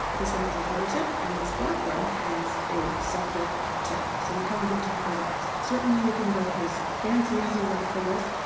this one has a harder tip and this black one has a softer tip. so they kind of give different results. certainly, you can go as fancy as you like for this,